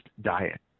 diet